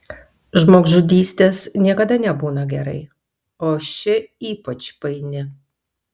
žmogžudystės niekada nebūna gerai o ši ypač paini